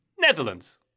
Netherlands